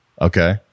okay